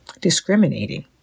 discriminating